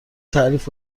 تعریف